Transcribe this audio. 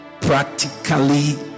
practically